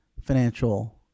financial